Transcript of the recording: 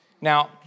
Now